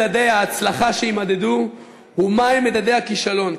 מה הם מדדי ההצלחה שיימדדו ומה הם מדדי הכישלון?